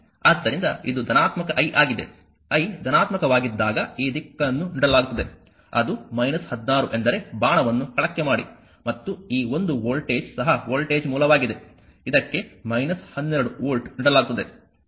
ಆದ್ದರಿಂದ ಇದು ಧನಾತ್ಮಕ I ಆಗಿದೆ I ಧನಾತ್ಮಕವಾಗಿದ್ದಾಗ ಈ ದಿಕ್ಕನ್ನು ನೀಡಲಾಗುತ್ತದೆ ಅದು 16 ಎಂದರೆ ಬಾಣವನ್ನು ಕೆಳಕ್ಕೆ ಮಾಡಿ ಮತ್ತು ಈ ಒಂದು ವೋಲ್ಟೇಜ್ ಸಹ ವೋಲ್ಟೇಜ್ ಮೂಲವಾಗಿದೆ ಇದಕ್ಕೆ 12 ವೋಲ್ಟ್ ನೀಡಲಾಗುತ್ತದೆ